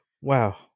Wow